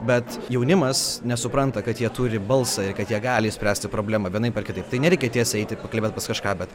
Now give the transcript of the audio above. bet jaunimas nesupranta kad jie turi balsą ir kad jie gali išspręsti problemą vienaip ar kitaip tai nereikia tiesiai eiti pakalbėt pas kažką bet